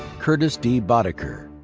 curtis d. bodiker.